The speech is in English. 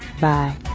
Bye